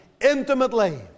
intimately